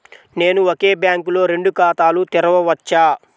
నేను ఒకే బ్యాంకులో రెండు ఖాతాలు తెరవవచ్చా?